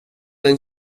den